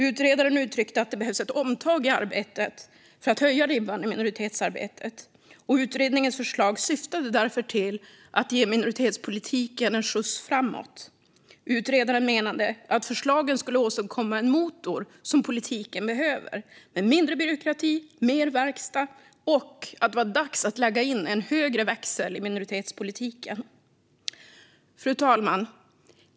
Utredaren uttryckte att det behövs ett omtag i arbetet för att höja ribban i minoritetsarbetet, och utredningens förslag syftade därför till att ge minoritetspolitiken en skjuts framåt. Utredaren menade att förslagen skulle åstadkomma den motor som politiken behöver, med mindre byråkrati och mer verkstad, och att det var dags att lägga in en högre växel i minoritetspolitiken. Fru talman!